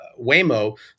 Waymo